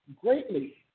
greatly